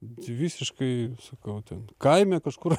visiškai sakau ten kaime kažkur